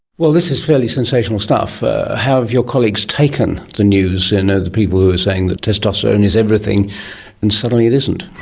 well, this is fairly sensational stuff. how have your colleagues taken the news, and the people who are saying that testosterone is everything and suddenly it isn't?